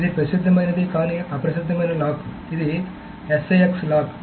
ఇది ప్రసిద్ధమైనది కానీ అప్రసిద్ధమైన లాక్ ఇది SIX లాక్